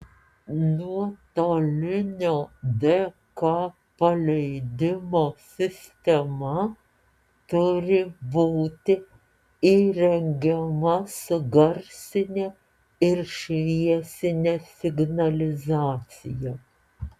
nuotolinio dk paleidimo sistema turi būti įrengiama su garsine ir šviesine signalizacija